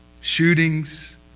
shootings